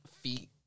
feet